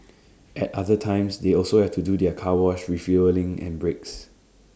at other times they also have to do their car wash refuelling and breaks